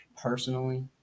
personally